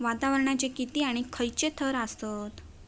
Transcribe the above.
वातावरणाचे किती आणि खैयचे थर आसत?